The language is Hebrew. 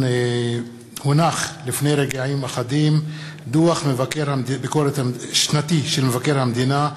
הונח לפני רגעים אחדים דוח שנתי של מבקר המדינה,